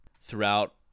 throughout